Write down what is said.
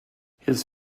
his